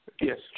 Yes